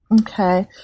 Okay